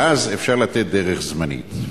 ואז אפשר לתת דרך זמנית?